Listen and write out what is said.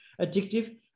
addictive